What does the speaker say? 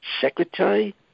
secretary